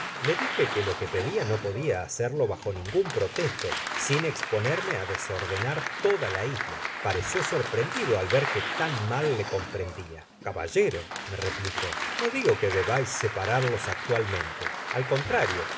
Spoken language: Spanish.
le dije que lo que pedia no podia hacerlo bajo ningun pretesto sin esponerme á desordenar toda la isla pareció sorprendido al ver que tan mal le comprendia caballero me replicó no digo que debais separarlos actualmente al contrario